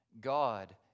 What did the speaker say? God